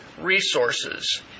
resources